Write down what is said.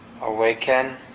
awaken